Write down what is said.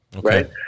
Right